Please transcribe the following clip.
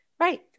Right